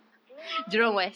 jurong